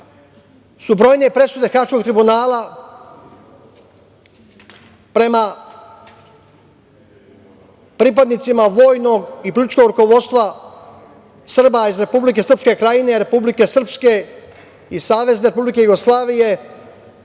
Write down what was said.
su brojne presude Haškog tribunala prema pripadnicima vojnog i političkog rukovodstva Srba iz Republike Srpske Krajine, Republike Srpske i SRJ u velikoj